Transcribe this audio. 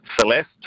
Celeste